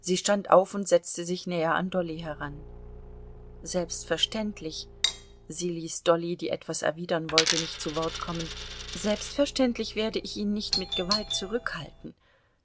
sie stand auf und setzte sich näher an dolly heran selbstverständlich sie ließ dolly die etwas erwidern wollte nicht zu worte kommen selbstverständlich werde ich ihn nicht mit gewalt zurückhalten